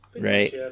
Right